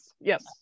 yes